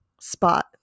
spot